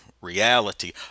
reality